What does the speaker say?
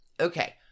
Okay